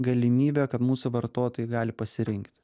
galimybę kad mūsų vartotojai gali pasirink